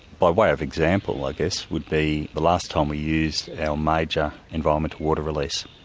by way of example, i guess, would be the last time we used our major environmental water release,